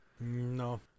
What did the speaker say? No